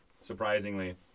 surprisingly